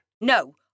No